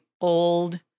old